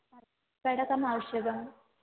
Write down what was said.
पर्पटकमावश्यकम्